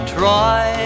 try